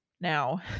Now